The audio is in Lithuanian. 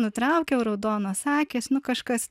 nutraukiau raudonos akys nu kažkas